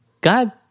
God